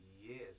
yes